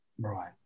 Right